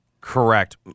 Correct